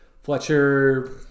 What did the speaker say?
Fletcher